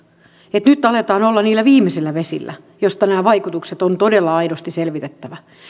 että nyt aletaan olla niillä viimeisillä vesillä joista nämä vaikutukset on todella aidosti selvitettävä